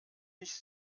nicht